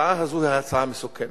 ההצעה הזו היא הצעה מסוכנת,